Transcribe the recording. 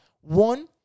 One